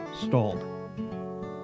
stalled